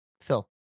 phil